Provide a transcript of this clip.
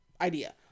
idea